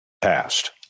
passed